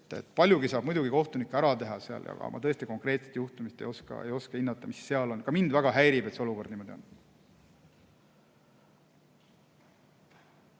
Paljugi saab muidugi kohtunik ka ära teha, aga ma tõesti konkreetset juhtumit ei oska hinnata, mis seal on. Ka mind väga häirib, et see olukord niisugune on.